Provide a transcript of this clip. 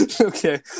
Okay